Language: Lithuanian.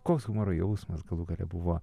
koks humoro jausmas galų gale buvo